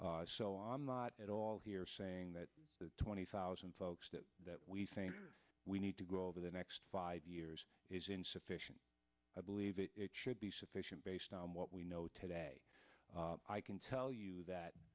have so i'm not at all here saying that the twenty thousand folks that we think we need to go over the next five years is insufficient i believe it should be sufficient based on what we know today i can tell you that